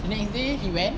the next day he went